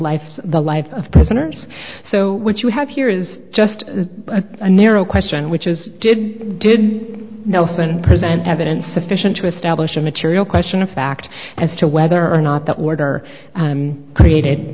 life the life of prisoners so what you have here is just a narrow question which is did did no been present evidence sufficient to establish a material question of fact as to whether or not that were created